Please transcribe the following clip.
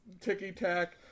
ticky-tack